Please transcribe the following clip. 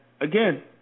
again